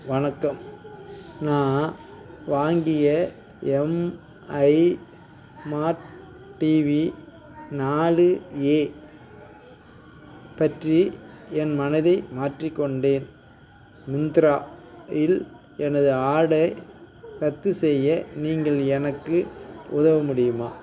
வணக்கம் நான் வாங்கிய எம்ஐ ஸ்மார்ட் டிவி நாலு ஏ பற்றி என் மனதை மாற்றிக் கொண்டேன் மிந்த்ரா இல் எனது ஆர்டர் ரத்து செய்ய நீங்கள் எனக்கு உதவ முடியுமா